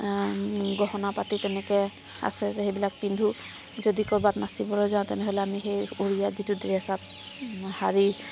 গহনা পাতি তেনেকৈ আছে যে সেইবিলাক পিন্ধো যদি ক'ৰবাত নাচিবলৈ যাওঁ তেনেহ'লে আমি সেই উৰিয়াত যিটো ড্ৰেছ আপ যিটো শাড়ী